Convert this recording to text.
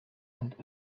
and